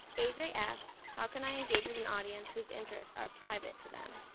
a j. asks, how can i engage with an audience whose interests are private to them?